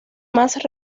más